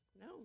No